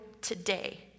today